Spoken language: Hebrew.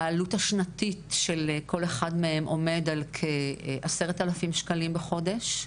העלות השנתית של כל אחד מהם עומד על כ-10 אלפים שקלים בחודש,